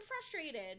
frustrated